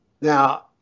Now